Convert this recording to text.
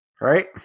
right